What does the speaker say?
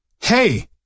Hey